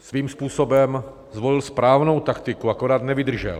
Svým způsobem zvolil správnou taktiku, akorát nevydržel.